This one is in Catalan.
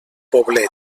poblet